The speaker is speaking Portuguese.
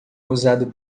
usado